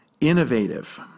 innovative